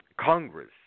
Congress